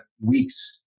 weeks